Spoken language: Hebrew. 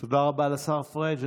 תודה רבה לשר פריג'.